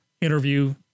interview